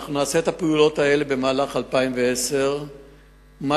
אנחנו נעשה את הפעולות האלה במהלך 2010. מה